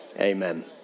amen